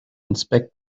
inspect